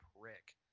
prick